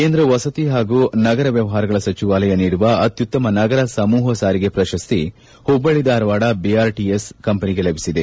ಕೇಂದ್ರ ವಸತಿ ಹಾಗೂ ನಗರ ವ್ಯವಹಾರಗಳ ಸಚಿವಾಲಯ ನೀಡುವ ಅತ್ಯುತ್ತಮ ನಗರ ಸಮೂಪ ಸಾರಿಗೆ ಪ್ರಶಸ್ತಿ ಹುಬ್ಬಳ್ಳಿ ಧಾರವಾಡ ಬಿಆರ್ ಟಿಎಸ್ ಕಂಪನಿಗೆ ಲಭಿಸಿದೆ